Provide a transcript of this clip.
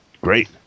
great